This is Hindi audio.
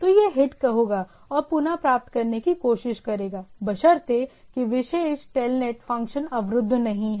तो यह हिट होगा और पुनः प्राप्त करने की कोशिश करेगा बशर्ते कि विशेष TELNET फ़ंक्शन अवरुद्ध नहीं है